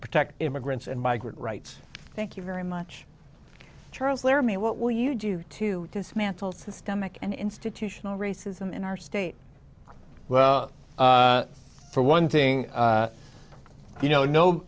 protect immigrants and migrant rights thank you very much charles laramie what will you do to dismantle systemic and institutional racism in our state well for one thing you know no